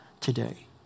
today